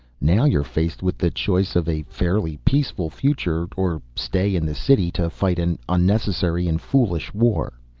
now you're faced with the choice of a fairly peaceful future, or staying in the city to fight an unnecessary and foolish war.